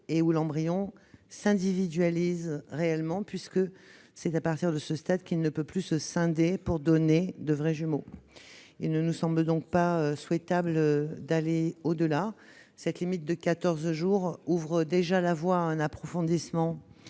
et où l'embryon s'individualise réellement : c'est effectivement à partir de ce stade qu'il ne peut plus se scinder pour donner de vrais jumeaux. Il ne nous semble donc pas souhaitable d'aller au-delà de cette limite de quatorze jours, celle-ci ouvrant déjà la voie à un approfondissement